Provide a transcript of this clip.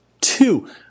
Two